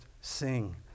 sing